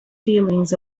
feelings